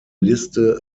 liste